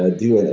ah do,